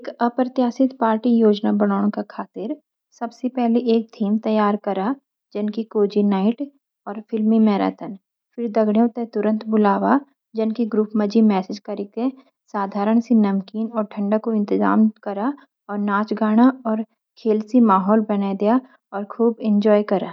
एक प्रत्यासिट पार्टि योजना बैनन से सभी पेली एक थीम तय करा, जान की कोजी ना एट और फिल्मी मेराथन, फिर दगडियॉन ते तुरेंट बुलावा जन की ग्रुप एमजी मेसेज कारिक ते। साधारण सी नमकीन और ठंडा कू एंटाजम क्रा और नाच गाना और खेल सी महोल बने दइया, और खूब एंजॉय करा।